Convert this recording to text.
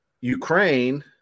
Ukraine